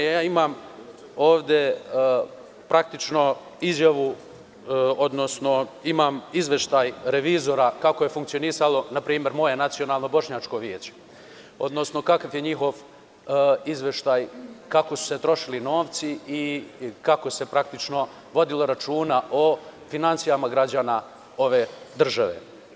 Imamo ovde izjavu, odnosno imam izveštaj revizora kako je funkcionisalo npr. moje Nacionalno Bošnjačko veće, odnosno kakav je njihov izveštaj, kako su se trošili novci i kako se praktično vodilo računa o finansijama građana ove države.